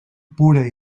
pura